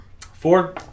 Four